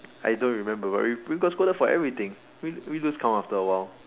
I don't remember but we but we got scolded for everything we we lose count after a while